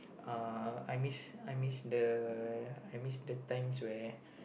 uh I miss I miss the I miss the times where